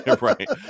right